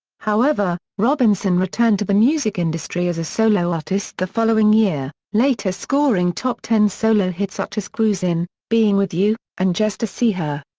however, robinson returned to the music industry as a solo artist the following year, later scoring top ten solo hits such as cruisin', being with you and just to see her.